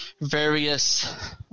various